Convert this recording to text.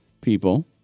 people